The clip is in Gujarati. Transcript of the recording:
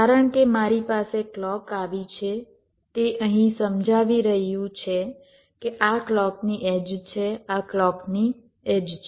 કારણ કે મારી પાસે ક્લૉક આવી છે તે અહીં સમજાવી રહ્યું છે કે આ ક્લૉકની એડ્જ છે આ ક્લૉક એડ્જ છે